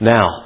Now